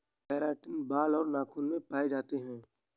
keratin बाल और नाखून में पाए जाते हैं